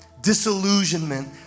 disillusionment